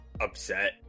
upset